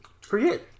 Forget